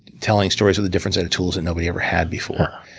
telling stories with a different set of tools that nobody ever had before.